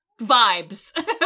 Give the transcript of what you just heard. vibes